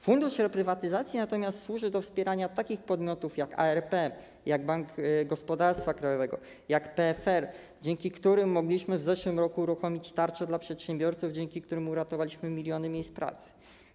Fundusz Reprywatyzacji natomiast służy do wspierania takich podmiotów, jak ARP, jak Bank Gospodarstwa Krajowego, jak PFR, dzięki którym mogliśmy w zeszłym roku uruchomić tarcze dla przedsiębiorców, dzięki którym uratowaliśmy miliony miejsc pracy.